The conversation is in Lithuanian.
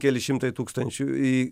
keli šimtai tūkstančių į